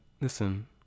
Listen